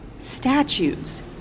statues